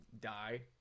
die